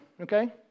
okay